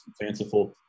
fanciful